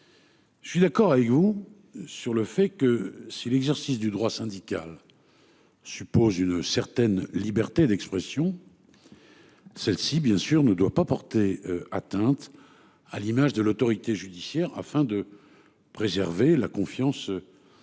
Je suis d'accord avec vous sur le fait que si l'exercice du droit syndical. Suppose une certaine liberté d'expression. Celle-ci bien sûr ne doit pas porter atteinte à l'image de l'autorité judiciaire afin de. Préserver la confiance.